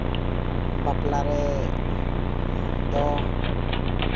ᱵᱟᱯᱞᱟ ᱨᱮ ᱫᱚᱝ